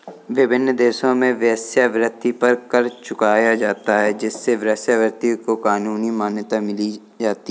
विभिन्न देशों में वेश्यावृत्ति पर कर चुकाया जाता है जिससे वेश्यावृत्ति को कानूनी मान्यता मिल जाती है